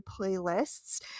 playlists